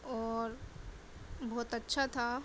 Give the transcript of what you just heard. اور بہت اچھا تھا